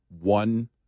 one